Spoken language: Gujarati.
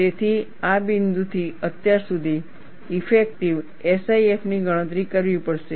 તેથી આ બિંદુથી અત્યાર સુધી ઇફેક્ટિવ SIF ની ગણતરી કરવી પડશે